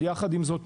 יחד עם זאת,